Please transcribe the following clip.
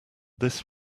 this